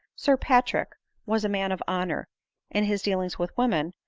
sir patrick was a man of honor in his dealings with women,